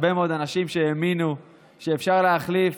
הרבה מאוד אנשים שהאמינו שאפשר להחליף